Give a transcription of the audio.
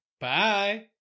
Bye